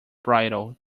brittle